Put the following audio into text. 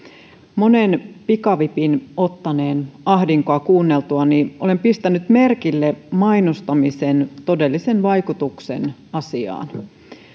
monen pikavipin ottaneen ahdinkoa kuunneltuani olen pistänyt merkille mainostamisen todellisen vaikutuksen asiaan